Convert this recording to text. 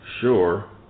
sure